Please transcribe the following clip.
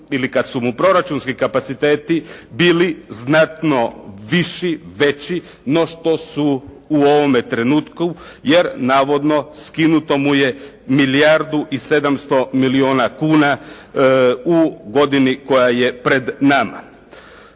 ili kada su mu proračunski kapaciteti bili znatno viši, veći, no što su u ovome trenutku, jer navodno skinuto mu je milijardu i 700 milijuna kuna u godini koja je pred nama.